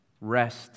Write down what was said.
Rest